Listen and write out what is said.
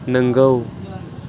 नोंगौ